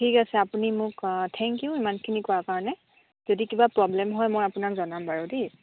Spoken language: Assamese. ঠিক আছে আপুনি মোক থেংক ইউ ইমানখিনি কোৱা কাৰণে যদি কিবা প্ৰ'ব্লেম হয় মই আপোনাক জনাম বাৰু দেই